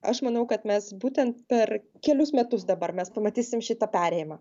aš manau kad mes būtent per kelius metus dabar mes pamatysim šitą perėjimą